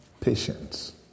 Patience